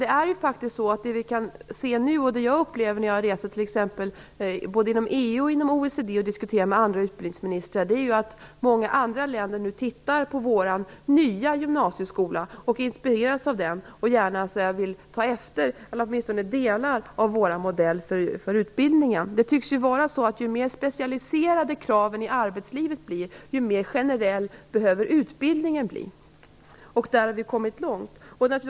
Det vi kan se nu och det jag upplever när jag t.ex. reser både inom EU-länderna och inom OECD länderna och diskuterar med andra utbildningsministrar är att många andra länder nu tittar på vår nya gymnasieskola, inspireras av den och gärna vill ta efter åtminstone delar av vår modell för utbildningen. Det tycks vara så att ju mer specialiserade kraven i arbetslivet är, desto mer generell behöver utbildningen bli. Där har vi kommit långt.